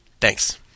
Thanks